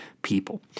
People